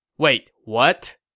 wait, what?